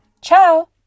Ciao